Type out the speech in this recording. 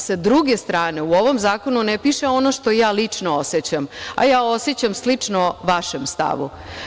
Sa druge strane, u ovom zakonu ne piše ono što ja lično osećam, a ja osećam slično vašem stavu.